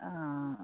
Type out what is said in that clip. অঁ